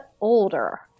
older